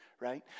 Right